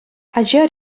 ача